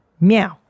meow